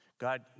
God